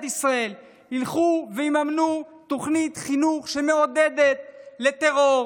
ישראל יממנו תוכנית חינוך שמעודדת טרור,